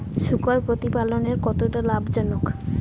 শূকর প্রতিপালনের কতটা লাভজনক?